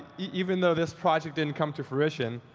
even though this project didn't come to fruition,